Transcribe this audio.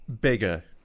Bigger